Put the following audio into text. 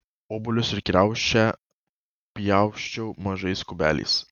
obuolius ir kriaušę pjausčiau mažais kubeliais